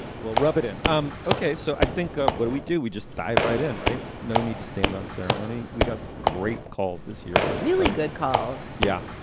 will rub it in, um ok? so i think ah what do we do? we just dive right in. right? no need to stand on ceremony. we got great calls this year really good calls. yeah,